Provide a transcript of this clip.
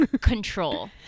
control